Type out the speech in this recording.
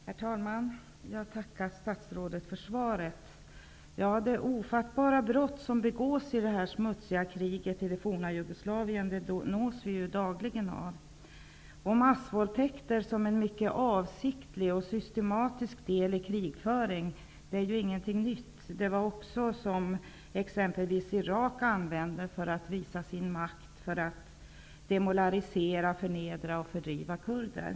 Herr talman! Jag tackar statsrådet för svaret. Det är ofattbara brott som begås i det smutsiga kriget i det forna Jugoslavien. Vi nås dagligen av information om detta. Det är inget nytt med massvåldtäkter som en mycket avsiktlig och systematisk del av krigsföringen. Det var något som t.ex. Irak använde sig av för att visa sin makt, demoralisera, förnedra och fördriva kurder.